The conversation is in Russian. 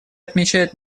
отмечает